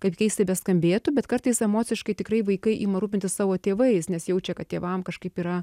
kaip keistai beskambėtų bet kartais emociškai tikrai vaikai ima rūpintis savo tėvais nes jaučia kad tėvam kažkaip yra